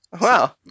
Wow